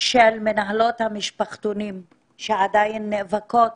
של מנהלות המשפחתונים שעדיין נאבקות